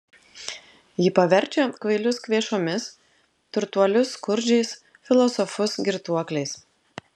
ji paverčia kvailius kvėšomis turtuolius skurdžiais filosofus girtuokliais